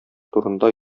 турында